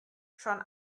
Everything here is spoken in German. schon